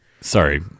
sorry